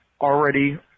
already